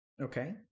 Okay